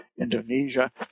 Indonesia